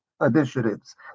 initiatives